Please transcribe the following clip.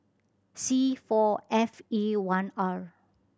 C four F E one R